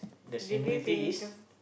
they live in kam~